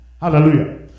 Hallelujah